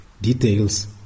details